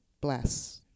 Bless